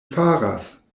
faras